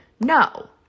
No